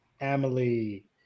Emily